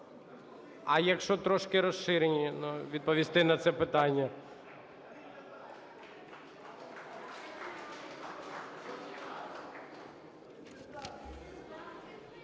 А якщо трошки розширено відповісти на це питання?